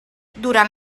durant